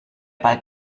bald